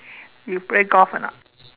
you play golf or not